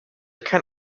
kein